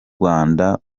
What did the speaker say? rwanda